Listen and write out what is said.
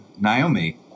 Naomi